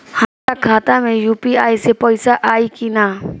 हमारा खाता मे यू.पी.आई से पईसा आई कि ना?